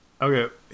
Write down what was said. okay